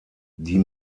die